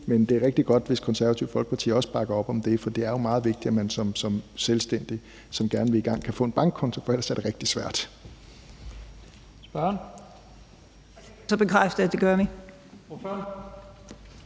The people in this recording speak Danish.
men det er rigtig godt, hvis Det Konservative Folkeparti også bakker op om det. For det er jo meget vigtigt, at man som selvstændig, som gerne vil i gang, kan få en bankkonto. For ellers er det rigtig svært. Kl. 19:54 Første næstformand